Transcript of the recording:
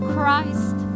Christ